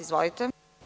Izvolite.